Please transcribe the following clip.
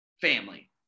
family